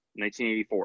1984